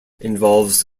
involves